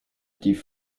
die